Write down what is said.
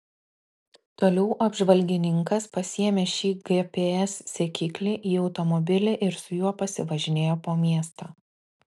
toliau apžvalgininkas pasiėmė šį gps sekiklį į automobilį ir su juo pasivažinėjo po miestą